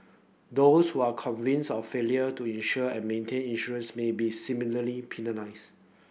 those who are convince of failure to insure and maintain insurance may be similarly